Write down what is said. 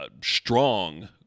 strong